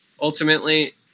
ultimately